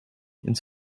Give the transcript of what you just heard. ins